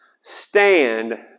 stand